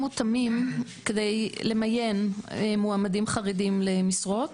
מותאמים כדי למיין מועמדים חרדים למשרות.